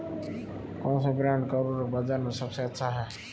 कौनसे ब्रांड का उर्वरक बाज़ार में सबसे अच्छा हैं?